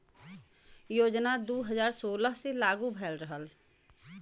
योजना दू हज़ार सोलह मे लागू भयल रहल